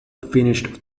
finished